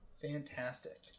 Fantastic